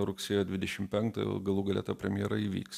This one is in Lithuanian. rugsėjo dvidešim penktą jau galų gale ta premjera įvyks